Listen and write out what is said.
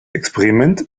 experiment